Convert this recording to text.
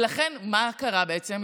ולכן, מה קרה בעצם?